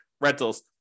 rentals